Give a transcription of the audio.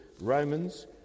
Romans